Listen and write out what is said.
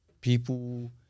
people